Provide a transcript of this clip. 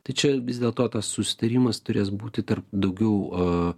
tai čia vis dėlto tas susitarimas turės būti tarp daugiau